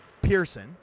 Pearson